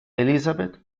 elizabeth